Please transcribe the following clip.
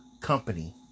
company